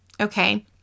Okay